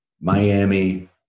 Miami